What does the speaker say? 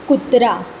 कुत्रा